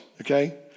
okay